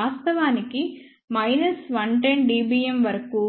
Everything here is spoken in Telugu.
వాస్తవానికి మైనస్ 110 dBm వరకు